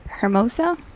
Hermosa